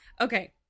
okay